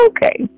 Okay